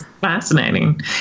Fascinating